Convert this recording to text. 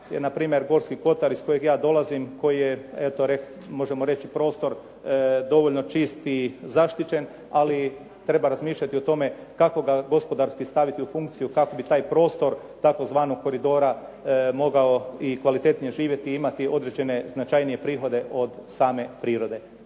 jer npr. Gorski Kotar iz kojeg ja dolazim koji je eto možemo reći prostor dovoljno čist i zaštićen, ali treba razmišljati o tome kako ga gospodarski staviti u funkciju kako bi taj prostor tzv. koridora mogao i kvalitetnije živjeti i imati određene i značajnije prihode od same prirode.